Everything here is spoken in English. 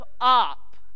up